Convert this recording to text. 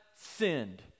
sinned